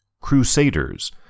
Crusaders